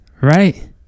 right